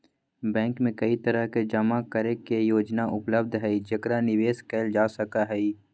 bank में कई तरह के जमा करे के योजना उपलब्ध हई जेकरा निवेश कइल जा सका हई